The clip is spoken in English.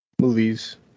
movies